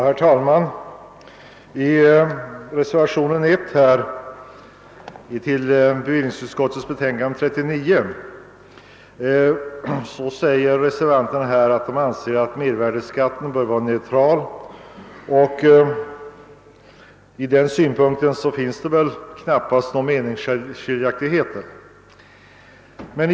Herr talman! I reservationen 1 till bevillningsutskottets betänkande nr 39 uttalas att mervärdeskatten skall vara neutral. Om den synpunkten finns det knappast några meningsskiljaktigheter.